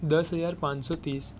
દસ હજાર પાંચસો ત્રીસ